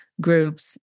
groups